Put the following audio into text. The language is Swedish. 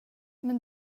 men